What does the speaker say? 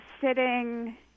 sitting